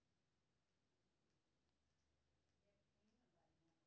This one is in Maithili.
हम किसानके फसल के भंडारण के लेल कोन कोन अच्छा उपाय सहि अछि?